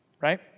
right